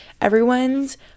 Everyone's